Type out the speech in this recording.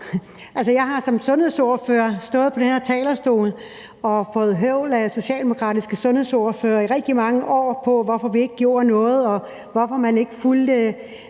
Jeg har som sundhedsordfører stået på den her talerstol og fået høvl af socialdemokratiske sundhedsordførere i rigtig mange år for, hvorfor vi ikke gjorde noget, og hvorfor man ikke fulgte